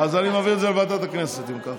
אז אני מעביר את זה לוועדת הכנסת, אם ככה.